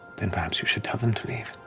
then perhaps you should tell them to leave,